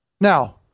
Now